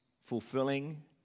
fulfilling